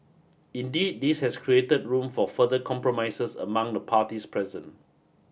indeed this has created room for further compromises among the parties present